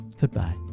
Goodbye